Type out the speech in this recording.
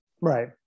right